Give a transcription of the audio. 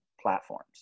platforms